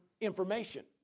information